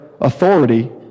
authority